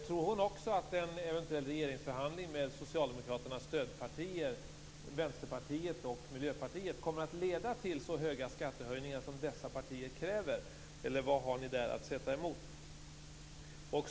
Tror hon också att en eventuell regeringsförhandling med Socialdemokraternas stödpartier, Vänsterpartiet och Miljöpartiet, kommer att leda till så höga skattehöjningar som dessa partier kräver, eller vad har ni att sätta emot där?